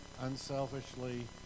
unselfishly